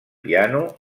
piano